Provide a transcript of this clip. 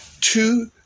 two